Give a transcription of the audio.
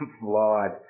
flawed